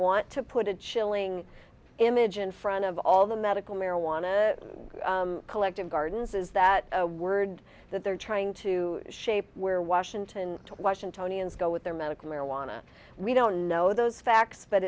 want to put a chilling image in front of all the medical marijuana collective gardens is that a word that they're trying to shape where washington washingtonians go with their medical marijuana we don't know those facts but